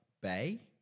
bay